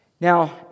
Now